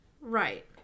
Right